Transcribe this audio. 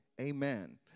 Amen